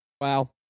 Wow